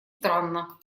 странно